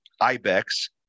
Ibex